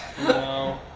No